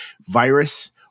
virus